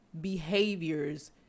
behaviors